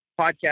podcast